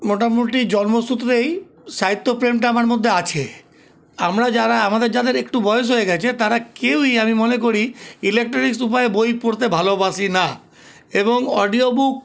মোটামুটি জন্মসূত্রেই সাহিত্য প্রেমটা আমার মধ্যে আছে আমরা যারা আমাদের যাদের একটু বয়স গেছে তারা কেউই আমি মনে করি ইলেকট্রনিক উপায়ে বই পড়তে ভালোবাসি না এবং অডিও বুক